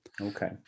okay